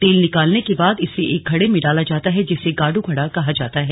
तेल निकालने के बाद इसे एक घड़े में डाला जाता है जिसे गाडू घड़ा कहा जाता है